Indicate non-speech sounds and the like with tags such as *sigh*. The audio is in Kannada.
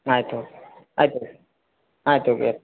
ಆಯ್ತು ತೊಗೊಳಿ ಆಯ್ತು ತೊಗೊಳಿ *unintelligible*